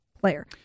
player